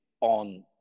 on